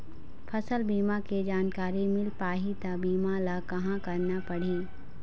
फसल बीमा के जानकारी मिल पाही ता बीमा ला कहां करना पढ़ी?